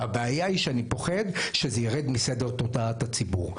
הבעיה היא שאני פוחד שזה יירד מסדר תודעת הציבור.